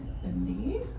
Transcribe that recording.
Cindy